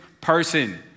person